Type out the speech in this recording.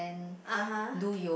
(uh huh)